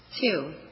Two